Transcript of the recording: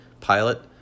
pilot